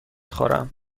خورم